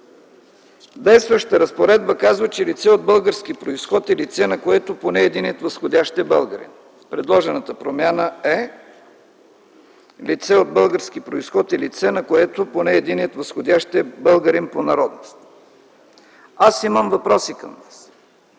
Действащата разпоредба казва, че „лице от български произход е лице, на което поне единият възходящ е българин”. Предложената промяна е „лице от български произход е лице, на което поне единият възходящ е българин по народност”. Аз имам въпроси към Вас.